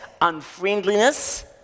unfriendliness